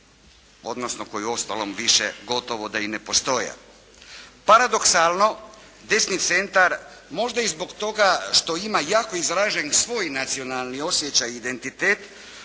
odnosno koje uostalom više gotovo da i ne postoje. Paradoksalno desni centar možda i zbog toga što ima jako izražen svoj nacionalni osjećaj i identitet,